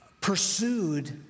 pursued